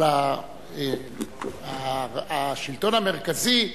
אבל השלטון המרכזי,